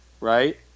right